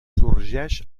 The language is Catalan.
sorgeix